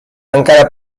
encara